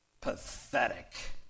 Pathetic